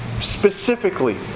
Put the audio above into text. specifically